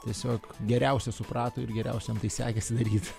tiesiog geriausia suprato ir geriausia jam tai sekėsi daryt